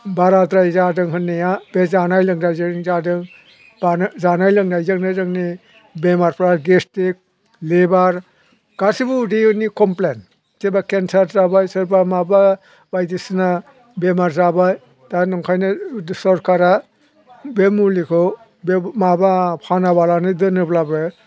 बाराद्राय जादों होननाया बे जानाय लोंनायजोंनो जादों जानाय लोंनायजोंनो जोंनि बेमारफ्रा गेस्ट्रिक लिभार गासैबो उदैनि कमप्लेन सोरबा केन्सार जाबाय सोरबा माबा बायदिसिना बेमार जाबाय दा नंखायनो सोरखारा बे मुलिखौ बे माबा फानाबालानो दोनोब्लाबो